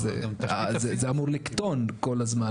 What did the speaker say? אז המקטע הזה אמור לקטון כל הזמן,